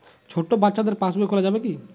ছোট বাচ্চাদের পাশবই খোলা যাবে কি?